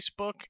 Facebook